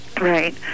Right